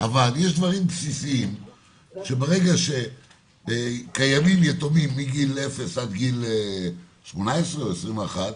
אבל יש דברים בסיסיים שברגע שקיימים יתומים מגיל 0 עד גיל 18 או 21,